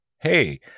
hey